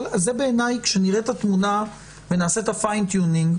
כשנראה את התמונה ונעשה את ה-fine tuning,